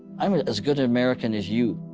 i'm as good an american as you.